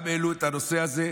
גם העלו את הנושא הזה.